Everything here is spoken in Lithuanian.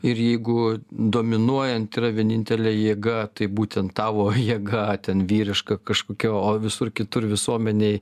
ir jeigu dominuojanti yra vienintelė jėga tai būtent tavo jėga ten vyriška kažkokia o visur kitur visuomenėj